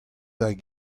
hag